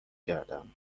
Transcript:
کردم